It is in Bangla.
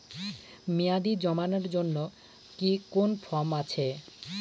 মেয়াদী জমানোর জন্য কি কোন ফর্ম আছে?